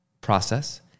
process